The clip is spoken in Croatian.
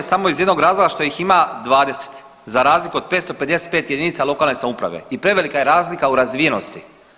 Samo iz jednog razloga što ih ima 20 za razliku od 555 jedinica lokalne samouprave i prevelika je razlika u razvijenosti.